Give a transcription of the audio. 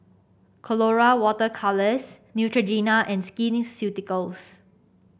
Colora Water Colours Neutrogena and Skin Ceuticals